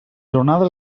jornades